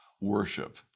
worship